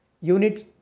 units